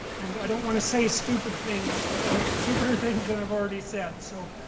and i don't want to say stupid things, so or stupider things than i've already said, so.